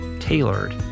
tailored